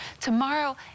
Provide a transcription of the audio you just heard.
tomorrow